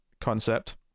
concept